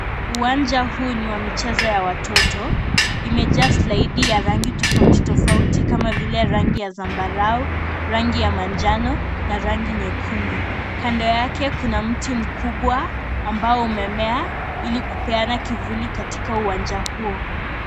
Uwanja huu ni ya mchezo ya watoto imejaa slaidi ya rangi tofauti tofauti kama vile rangi ya zambarao ,rangi ya manjano na rangi nyekundu ,kando yake kuna mti mkubwa ambo umemea ili kupeana kivuli katika uwanja huo.